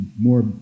more